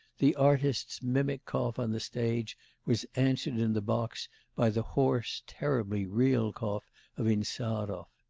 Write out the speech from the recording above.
the artist's mimic cough on the stage was answered in the box by the hoarse, terribly real cough of insarov.